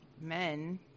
men